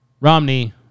Romney